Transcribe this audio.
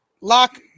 lock